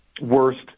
worst